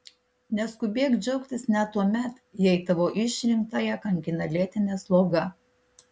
neskubėk džiaugtis net tuomet jei tavo išrinktąją kankina lėtinė sloga